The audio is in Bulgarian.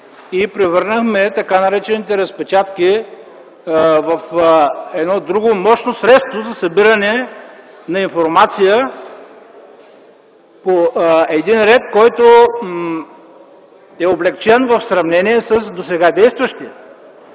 и превърнахме така наречените разпечатки в едно друго мощно средство за събиране на информация по ред, който е облекчен в сравнение с досега действащия.